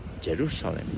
Jerusalem